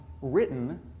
written